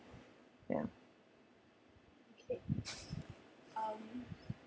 ya